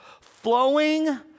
flowing